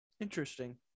Interesting